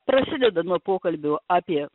prasideda nuo pokalbio apie